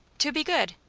to be good.